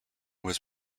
was